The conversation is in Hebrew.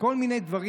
וכל מיני דברים.